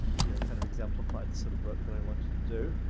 you know, kind of exemplified the sort of work that i wanted to do.